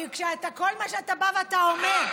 שכל מה שאתה בא ואתה אומר, אני?